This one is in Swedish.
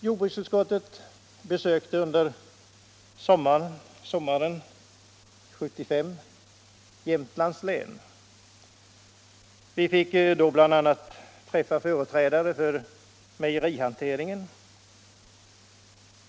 Jordbruksutskottet besökte under sommaren 1975 Jämtlands län. Vi fick då bl.a. träffa företrädare för mejerihanteringen.